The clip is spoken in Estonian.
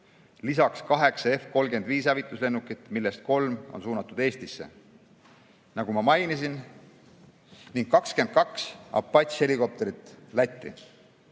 Lisaks kaheksa F‑35 hävituslennukit, millest kolm on suunatud Eestisse, nagu ma mainisin, ning 22 Apache‑helikopterit Lätti.